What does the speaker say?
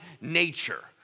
nature